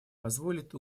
позволит